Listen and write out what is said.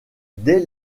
dès